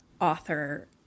author